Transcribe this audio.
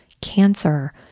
cancer